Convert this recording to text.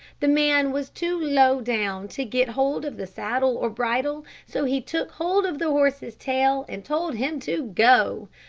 the man was too low down to get hold of the saddle or bridle, so he took hold of the horse's tail, and told him to go.